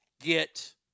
get